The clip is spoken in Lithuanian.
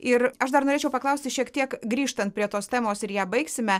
ir aš dar norėčiau paklausti šiek tiek grįžtant prie tos temos ir ją baigsime